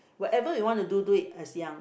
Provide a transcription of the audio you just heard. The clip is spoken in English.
whatever you want to do do it as young